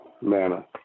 manner